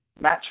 match